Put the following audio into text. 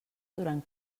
durant